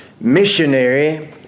Missionary